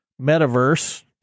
metaverse